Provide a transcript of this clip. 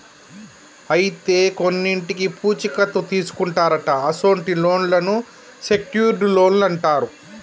అయితే కొన్నింటికి పూచీ కత్తు తీసుకుంటారట అసొంటి లోన్లను సెక్యూర్ట్ లోన్లు అంటారు